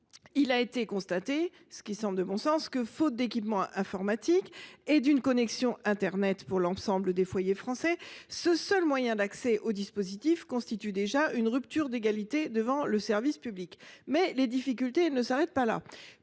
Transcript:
Il a été constaté que, faute d’équipements informatiques et d’une connexion internet pour l’ensemble des foyers français, ce seul moyen d’accès au dispositif constitue une rupture d’égalité devant le service public. Mais les difficultés ne s’arrêtent pas là.